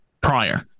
prior